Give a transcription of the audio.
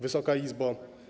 Wysoka Izbo!